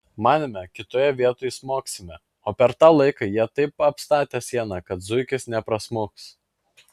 manėme kitoje vietoj smogsime o per tą laiką jie taip apstatė sieną kad zuikis neprasmuks